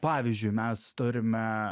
pavyzdžiui mes turime